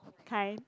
that kind